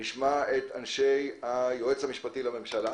נשמע את אנשי היועץ המשפטי לממשלה,